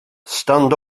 stand